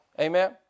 Amen